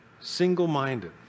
single-minded